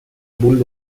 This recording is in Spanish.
bull